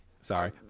Sorry